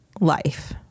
life